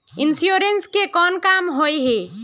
Insurance के कोन काम होय है?